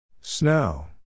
Snow